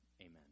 Amen